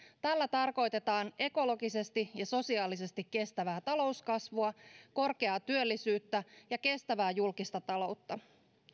tällä tarkoitetaan ekologisesti ja sosiaalisesti kestävää talouskasvua korkeaa työllisyyttä ja kestävää julkista taloutta